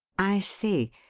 i see!